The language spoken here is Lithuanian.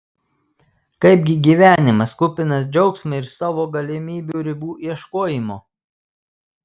kaipgi gyvenimas kupinas džiaugsmo ir savo galimybių ribų ieškojimo